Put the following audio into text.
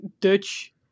Dutch